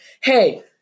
hey